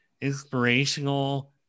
inspirational